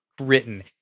written